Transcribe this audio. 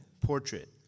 Portrait